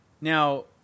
Now